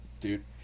Dude